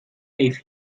with